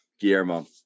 Guillermo